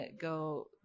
go